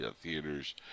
theaters